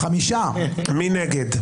מי נגד?